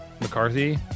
McCarthy